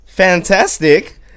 Fantastic